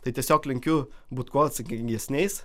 tai tiesiog linkiu būt kuo atsakingesniais